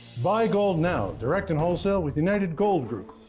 buy gold now direct and wholesale with united gold group.